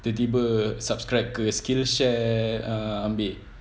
dia tiba subscribed to a skillshare ah ambil